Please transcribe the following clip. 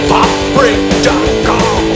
PopBreak.com